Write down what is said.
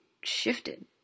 shifted